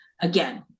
again